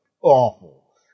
awful